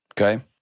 Okay